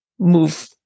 move